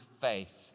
faith